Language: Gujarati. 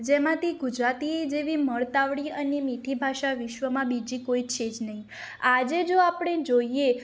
જેમાંથી ગુજરાતી જેવી મળતાવડી અને મીઠી ભાષા વિશ્વમાં બીજી કોઈ છે જ નહીં આજે જો આપણે જોઈએ